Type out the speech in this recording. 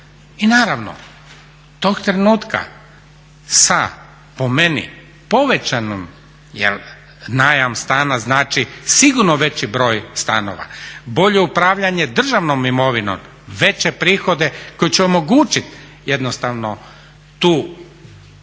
I naravno tog trenutka sa po meni povećanom, jer najam stana znači sigurno veći broj stanova, bolje upravljanje imovinom, veće prihode koji će omogućiti jednostavno tu povećanu